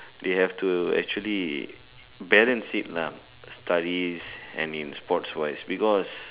they have to actually balance it lah studies and in sports wise because